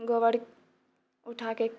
गोबर उठाकऽ